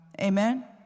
Amen